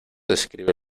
describe